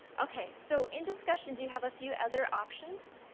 okay, so in discussions you have a few other options.